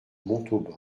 montauban